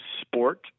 sport